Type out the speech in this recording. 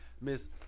Miss